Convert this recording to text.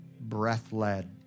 breath-led